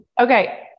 Okay